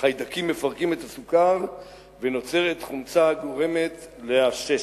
החיידקים מפרקים את הסוכר ונוצרת חומצה הגורמת עששת.